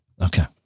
Okay